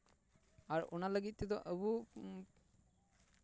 ᱟᱨ ᱚᱱᱟ ᱞᱟᱹᱜᱤᱫ ᱛᱮᱫᱚ ᱟᱵᱚ